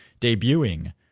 debuting